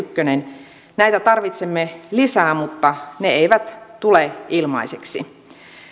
st yksi näitä tarvitsemme lisää mutta ne eivät tule ilmaiseksi